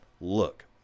Look